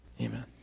Amen